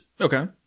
Okay